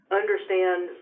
understand